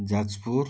Jajpur